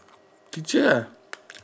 teacher ah